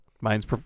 Mine's